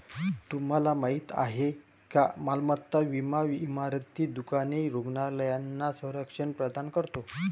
तुम्हाला माहिती आहे का मालमत्ता विमा इमारती, दुकाने, रुग्णालयांना संरक्षण प्रदान करतो